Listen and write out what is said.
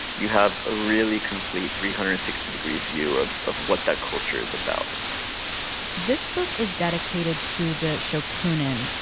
you have a really complete, three hundred and sixty degree view of of what that culture is about this book is dedicated to the shokunin.